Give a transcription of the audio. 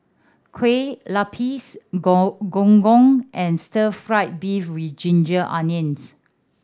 Kueh Lapis Gong Gong and Stir Fry beef with ginger onions